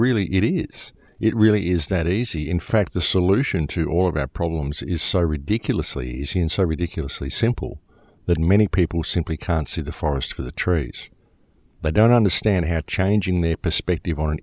really it is it really is that easy in fact the solution to all of our problems is so ridiculously easy and so ridiculously simple that many people simply concert the forest for the trees but don't understand had changing their perspective on an